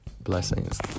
blessings